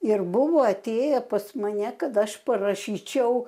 ir buvo atėję pas mane kad aš parašyčiau